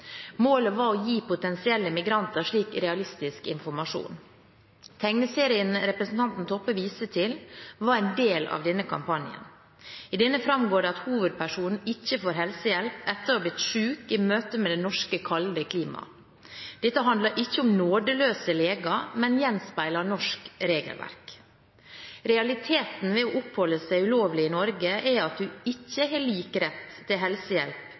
Målet var å gi potensielle migranter slik realistisk informasjon. Tegneserien representanten Toppe viser til, var en del av denne kampanjen. I denne framgår det at hovedpersonen ikke får helsehjelp etter å ha blitt syk i møte med det norske kalde klimaet. Dette handler ikke om nådeløse leger, men gjenspeiler norsk regelverk. Realiteten ved å oppholde seg ulovlig i Norge er at en ikke har lik rett til helsehjelp